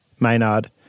Maynard